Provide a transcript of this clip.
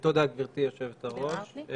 תודה, גברתי יושבת הראש.